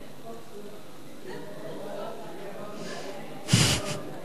גברתי היושבת בראש,